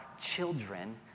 children